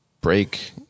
break